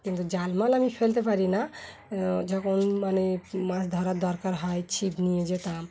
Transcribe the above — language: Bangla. কিন্তু জালমাল আমি ফেলতে পারি না যখন মানে মাছ ধরার দরকার হয় ছিপ নিয়ে যেতাম